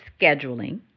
scheduling